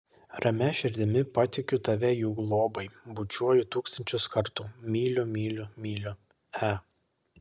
ramia širdimi patikiu tave jų globai bučiuoju tūkstančius kartų myliu myliu myliu e